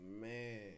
Man